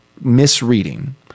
misreading